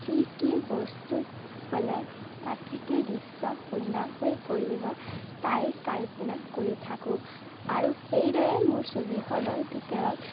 কি কি বস্তু হ'লে প্ৰাকৃতিক দৃশ্য সুন্দৰ হৈ পৰিব তাৰে কল্পনা কৰি থাকোঁ আৰু সেইদৰে মোৰ ছবিখনৰ ভিতৰত